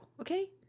okay